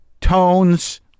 tones